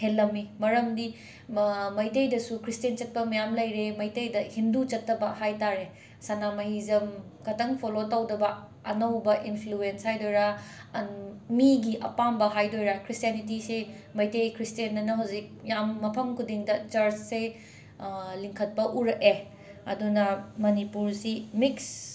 ꯍꯦꯂꯝꯃꯤ ꯃꯔꯝꯗꯤ ꯃ ꯃꯩꯇꯩꯗꯁꯨ ꯈ꯭ꯔꯤꯁꯇ꯭ꯌꯥꯟ ꯆꯠꯄ ꯃꯌꯥꯝ ꯂꯩꯔꯦ ꯃꯩꯇꯩꯗ ꯍꯤꯟꯗꯨ ꯆꯠꯇꯕ ꯍꯥꯏꯇꯥꯔꯦ ꯁꯅꯥꯃꯥꯍꯤꯖꯝ ꯈꯇꯪ ꯐꯣꯂꯣ ꯇꯧꯗꯕ ꯑꯅꯧꯕ ꯏꯟꯐ꯭ꯂꯨꯋꯦꯟꯁ ꯍꯥꯏꯗꯣꯔꯥ ꯃꯤꯒꯤ ꯑꯄꯥꯝꯕ ꯍꯥꯏꯗꯣꯏꯔꯥ ꯈ꯭ꯔꯤꯁꯇ꯭ꯌꯥꯅꯤꯇꯤꯁꯤ ꯃꯩꯇꯩ ꯈ꯭ꯔꯤꯁꯇ꯭ꯌꯥꯟ ꯍꯥꯏꯅ ꯍꯧꯖꯤꯛ ꯌꯥꯝ ꯃꯐꯝ ꯈꯨꯗꯤꯡꯗ ꯆꯔꯁꯁꯦ ꯂꯤꯡꯈꯠꯄ ꯎꯔꯛꯑꯦ ꯑꯗꯨꯅ ꯃꯅꯤꯄꯨꯔꯁꯤ ꯃꯤꯛꯁ